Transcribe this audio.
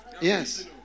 yes